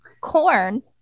corn